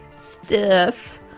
stiff